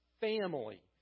family